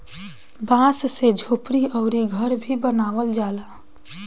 बांस से झोपड़ी अउरी घर भी बनावल जाला